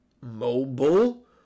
mobile